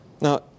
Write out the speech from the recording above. Now